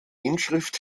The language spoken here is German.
inschrift